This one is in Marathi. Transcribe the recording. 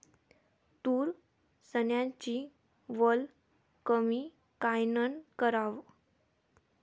तूर, चन्याची वल कमी कायनं कराव?